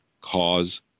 cause